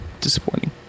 disappointing